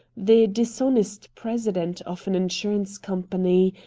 the dishonest president of an insurance company,